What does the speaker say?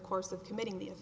course of committing the